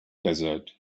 desert